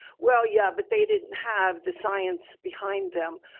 well, yeah, but they didn't have the science behind them.